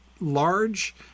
large